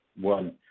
one